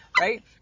right